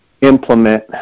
implement